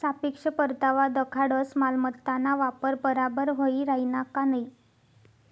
सापेक्ष परतावा दखाडस मालमत्ताना वापर बराबर व्हयी राहिना का नयी